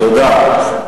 תודה.